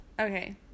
Okay